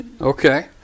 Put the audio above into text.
Okay